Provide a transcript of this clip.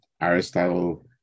Aristotle